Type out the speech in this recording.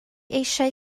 eisiau